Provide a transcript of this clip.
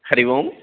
Hari Om